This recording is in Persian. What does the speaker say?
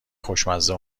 خوشمزه